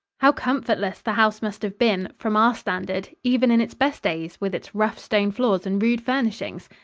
how comfortless the house must have been from our standard even in its best days, with its rough stone floors and rude furnishings!